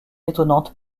étonnante